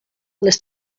les